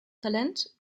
talent